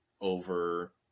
over